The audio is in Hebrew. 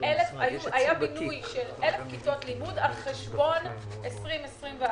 היה בינוי של 1,000 כיתות לימוד על חשבון שנת 2021,